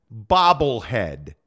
bobblehead